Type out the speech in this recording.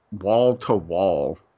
Wall-to-wall